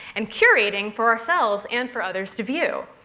and curating, for ourselves and for others to view.